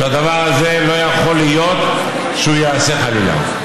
שהדבר הזה לא יכול להיות שהוא ייעשה, חלילה.